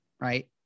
Right